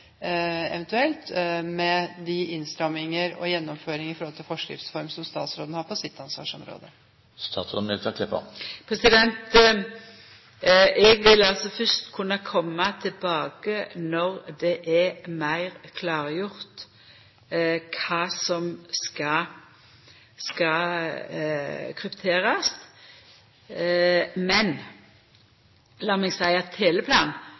med innstramminger og gjennomføringer i forskriftsform. Eg vil altså fyrst kunna koma tilbake når det er meir klargjort kva som skal krypterast. Men lat meg seia at Teleplan